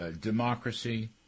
democracy